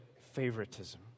favoritism